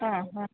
അ അ